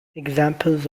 examples